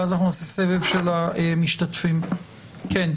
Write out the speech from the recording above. ואז נעשה סבב של המשתתפים ונסכם.